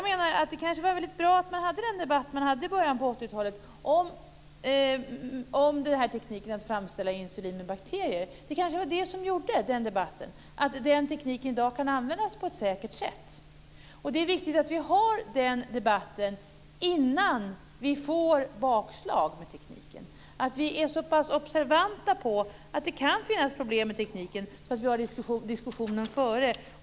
Det var nog väldigt bra att man hade den här debatten i början av 80-talet om tekniken att framställa insulin med hjälp av bakterier. Det var kanske den debatten som gjorde att den tekniken i dag kan användas på ett säkert sätt. Det är viktigt att vi har den debatten innan vi får bakslag med tekniken. Det är viktigt att vi är observanta på att det kan finnas problem med tekniken och har diskussionen före.